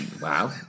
Wow